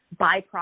byproduct